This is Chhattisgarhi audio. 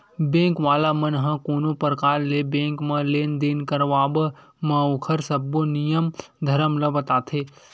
बेंक वाला मन ह कोनो परकार ले बेंक म लेन देन के करब म ओखर सब्बो नियम धरम ल बताथे